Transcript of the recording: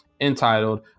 entitled